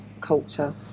culture